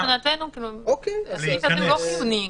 מבחינתנו זה לא חיוני.